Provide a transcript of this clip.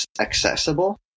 accessible